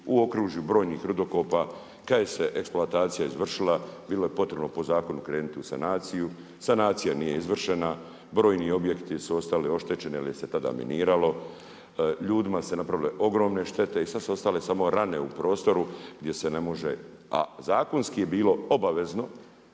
u okružju brojnih rudokopa, kad je se eksploatacija izvršila, bilo je potrebno po zakonu krenuti u sanaciju, sanacija nije izvršena. Brojni objekti su ostali oštećeni jer ih se tada eliminiralo, ljudima se napravile ogromne štete i sad su ostale samo rane u prostoru, gdje se ne može. A zakonski je bilo obavezno,